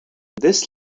this